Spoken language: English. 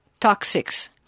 toxics